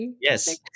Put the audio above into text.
Yes